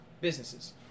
businesses